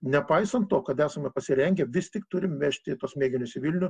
nepaisant to kad esame pasirengę vis tik turim vežti tuos mėginius į vilnių